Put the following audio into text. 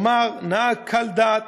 כלומר נהג קל דעת,